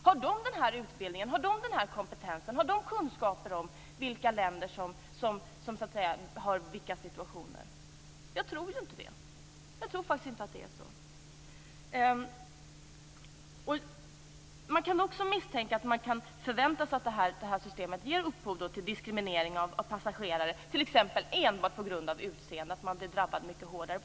Har de utbildning, kompetens och kunskaper om situationen i de olika länderna? Jag tror faktiskt inte att det är så. Man kan också förvänta sig att detta system ger upphov till diskriminering av passagerare, t.ex. att människor blir drabbade mycket hårdare enbart på grund av sitt utseende.